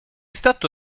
stato